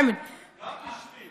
גם בשמי.